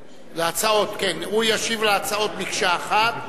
הוא ישיב על ההצעות מקשה אחת,